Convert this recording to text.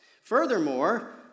Furthermore